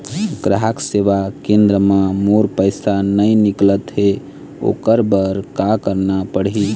ग्राहक सेवा केंद्र म मोर पैसा नई निकलत हे, ओकर बर का करना पढ़हि?